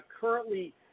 currently